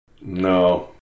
No